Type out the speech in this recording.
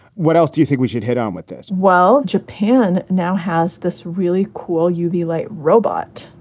what else do you think we should hit on with this? well, japan now has this really cool u b. like robot,